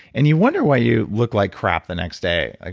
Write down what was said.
and you wonder why you look like crap the next day. like